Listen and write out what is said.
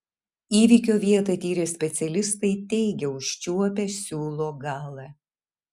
įvykio vietą tyrę specialistai teigia užčiuopę siūlo galą